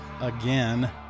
again